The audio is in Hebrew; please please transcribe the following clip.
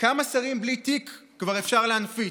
כמה שרים בלי תיק כבר אפשר להנפיץ?